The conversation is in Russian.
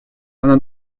она